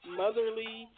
motherly